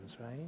right